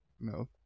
No